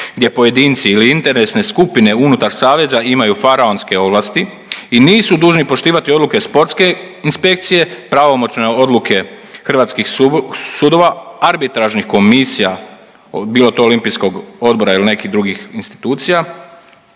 gdje pojedinci ili interesne skupine unutar saveza imaju faraonske ovlasti i nisu dužni poštivati odluke sportske inspekcije, pravomoćne odluke hrvatskih sudova, arbitražnih komisija bilo to Olimpijskog odbora ili nekih drugih institucija